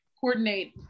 coordinate